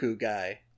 guy